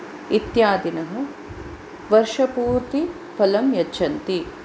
इत्यादिनः वर्षपूर्ति फलं यच्छन्ति